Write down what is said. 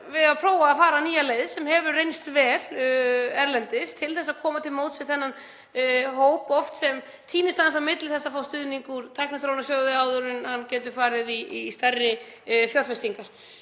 við að prófa að fara nýja leið sem hefur reynst vel erlendis til að koma til móts við þennan hóp sem týnist oft aðeins á milli þess að fá stuðning úr Tækniþróunarsjóði og áður en hann getur farið í stærri fjárfestingar.